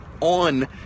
on